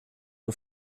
ont